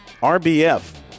RBF